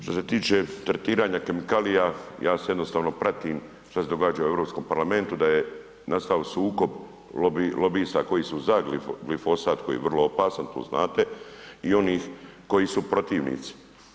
Što se tiče tretiranja kemikalija, ja jednostavno pratim što se događa u Europskom parlamentu da je nastao sukob lobista koji su za glifosat koji je vrlo opasan, to znate i onih koji su protivnici.